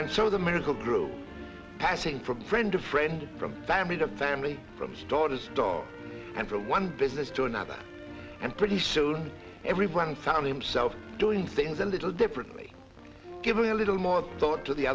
and so the medical crew passing from friend to friend from family to family from store to store and for one business to another and pretty soon everyone found himself doing things a little differently giving a little more thought to the